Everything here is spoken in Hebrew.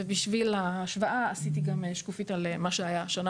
בשביל ההשוואה עשיתי גם שקופית על מה שהיה בשנה